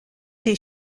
les